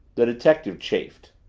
the detective chafed.